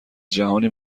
جهانی